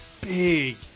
big